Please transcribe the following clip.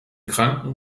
kranken